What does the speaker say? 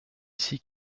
ici